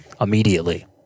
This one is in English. immediately